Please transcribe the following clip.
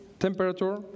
Temperature